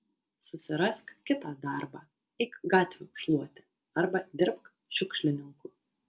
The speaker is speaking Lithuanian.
susirask kitą darbą eik gatvių šluoti arba dirbk šiukšlininku